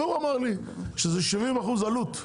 והוא אמר לי שזה 70% העלות.